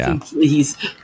please